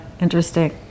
Interesting